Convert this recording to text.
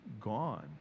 gone